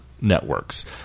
networks